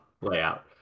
layout